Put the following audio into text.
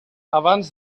abans